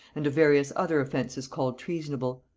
and of various other offences called treasonable.